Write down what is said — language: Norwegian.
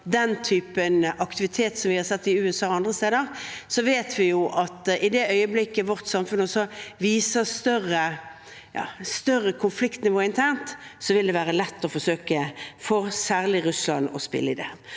den typen aktivitet som vi har sett i USA og andre steder, vet vi jo at i det øyeblikket vårt samfunn viser et større konfliktnivå internt, vil det være lett å forsøke, særlig for Russland, å spille i det.